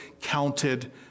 counted